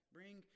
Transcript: Bring